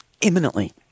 imminently